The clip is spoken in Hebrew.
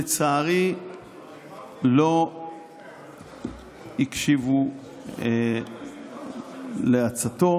לצערי לא הקשיבו לעצתו,